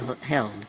held